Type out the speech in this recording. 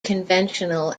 conventional